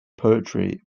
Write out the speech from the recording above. poetry